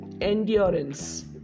Endurance